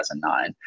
2009